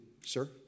Sir